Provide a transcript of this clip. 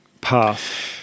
path